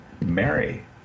mary